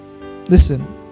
Listen